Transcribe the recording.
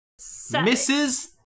Mrs